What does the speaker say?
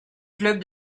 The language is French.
club